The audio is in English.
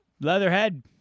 Leatherhead